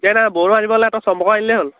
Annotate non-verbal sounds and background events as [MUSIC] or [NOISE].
[UNINTELLIGIBLE] আনিব নালাগে তই চম্পকক আনিলেই হ'ল